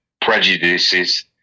prejudices